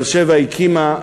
באר-שבע הקימה,